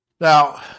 Now